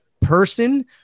person